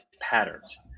patterns